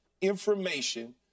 information